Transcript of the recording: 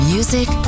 Music